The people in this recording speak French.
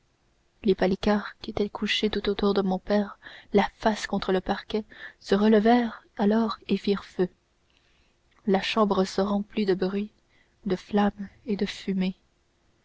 les palicares qui étaient couchés tout autour de mon père la face contre le parquet se levèrent alors et firent feu la chambre se remplit de bruit de flamme et de fumée